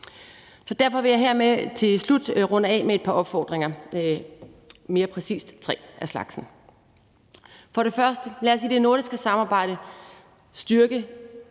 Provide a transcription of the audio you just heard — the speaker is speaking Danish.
Derfor vil jeg her til slut runde af med et par opfordringer, mere præcist tre af slagsen. Lad os for det første i det nordiske samarbejde styrke